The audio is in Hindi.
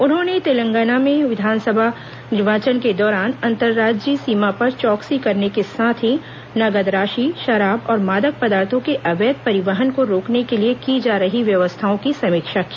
उन्होंने तेलंगाना में विधानसभा निर्वाचन के दौरान अंतर्राज्यीय सीमा पर चौकसी करने के साथ ही नगद राशि शराब और मादक पदार्थों के अवैध परिवहन को रोकने के लिए की जा रही व्यवस्थाओं की समीक्षा की